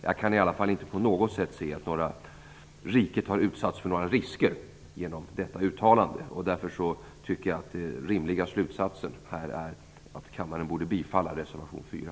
Jag kan i alla fall inte på något sätt se att riket har utsatts för några risker genom detta uttalande, och därför tycker jag att den rimliga slutsatsen här är att kammaren borde bifalla reservation 4.